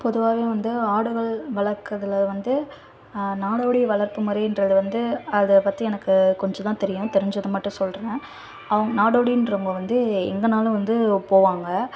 பொதுவாகவே வந்து ஆடுகள் வளர்க்குறதுல வந்து நாடோடி வளர்ப்பு முறைன்றது வந்து அதை பற்றி எனக்கு கொஞ்சம் தான் தெரியும் தெரிஞ்சதை மட்டும் சொல்கிறேன் அவுங்க நாடோடின்றவங்கள் வந்து எங்கேனாலும் வந்து போவாங்கள்